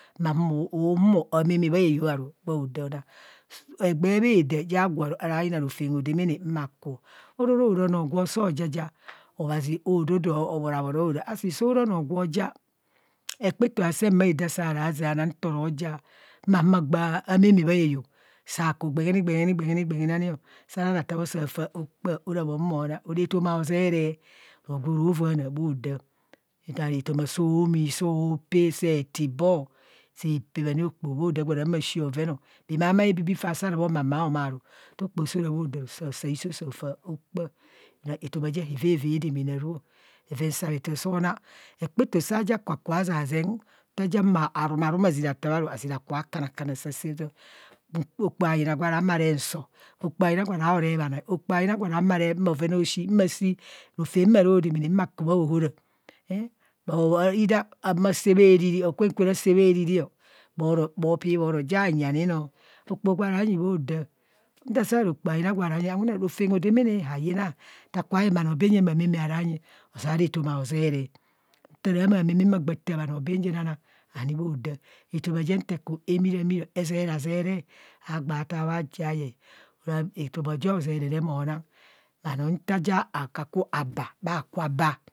Ma mo bhohumo bha mama bha heyo aru bha da, ana egbee bha da ja gwo araa yina rofem hodamana ma ku ororora onoo gwo soo jo ja obhazi ododo obhoro a bboro ara, asi soo ro anoo hekpato aasen bha ada nta ase ana nto ro ja ma huma gba amama bha eyo sa ku gbegini gbegini anio saa ra taa bho sa faa okpaa ara bhon monq, ora etoma hozere, anro gwe ro vaana bho daa etoma soo mii, soo pee seti bho sạ pebhani okpoho mo da gwa ra humo ashi bhoven ọ. Mi maimai hebibii fa saa ra bho maa maa homai ara, nta okpo saa ra bho da ru saa sa iso saa faa okpaa. Etoma je havavaa damana aru bheven so na hekpato saa ja kakuba zaa zeng nta ja humo a rumatum ozira taa re aru azira kube kanakan asaa saa, okpoho ayina gwa araa ma re nsọ okpoho ayina gwa ra ma re bhanai okpoho ayina gwa ma re bhoven ashi ma shi rofem ma ro damana ma ku bha ahora e or ma saa bha riri kwen kwen asaa bha riri o bhoro, bho pi bhoro jie anyi ani noo. Okpoho gwa ranyi bho daa nta saa ra okpoho hayina gwa ranyi re awune rofem hodam hayina. Akaku bha yen bhanri bhen jen bha mama o ara nyi, ozeara etoma ozeree nta ra ma mama ma gba taa bha aro bhan jen na etoma je nte kum amiramiro ezera zere. Haa gba taa bha je a yee. etoma je ozeree re mo na bha noo nta ja akaku aaba bha ku aabaa.